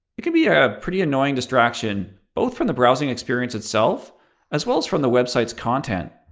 it can be a pretty annoying distraction, both from the browsing experience itself as well as from the website's content.